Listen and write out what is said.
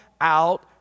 out